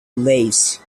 lace